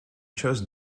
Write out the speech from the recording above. chose